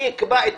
אני אקבע את